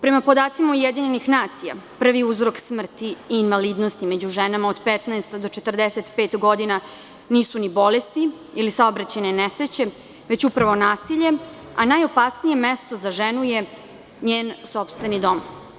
Prema podacima UN prvi uzrok smrti i invalidnosti među ženama od 15 do 45 godina nisu ni bolesti, ni saobraćajne nesreće već upravo nasilje, a najopasnije mesto za ženu je njen sopstveni dom.